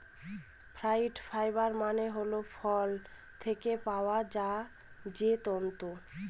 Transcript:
fruit fibre মানে হল ফল থেকে পাওয়া যায় যে তন্তু